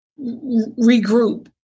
regroup